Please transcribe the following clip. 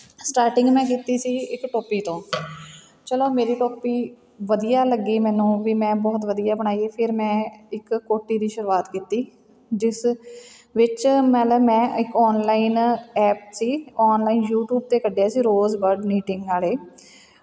starting ਮੈਂ ਕੀਤੀ ਸੀ ਇੱਕ ਟੋਪੀ ਤੋਂ ਚਲੋ ਮੇਰੀ ਟੋਪੀ ਵਧੀਆ ਲੱਗੀ ਮੈਨੂੰ ਵੀ ਮੈਂ ਬਹੁਤ ਵਧੀਆ ਬਣਾਈ ਫਿਰ ਮੈਂ ਇੱਕ ਕੋਟੀ ਦੀ ਸ਼ੁਰੂਆਤ ਕੀਤੀ ਜਿਸ ਵਿੱਚ ਮਤਲਬ ਮੈਂ ਇੱਕ ਔਨਲਾਈਨ ਐਪ ਸੀ ਔਨਲਾਈਨ ਯੂਟੀਊਬ 'ਤੇ ਕੱਢਿਆ ਸੀ ਰੋਜ਼ ਬਰਡ ਨੀਟਿੰਗ ਵਾਲੇ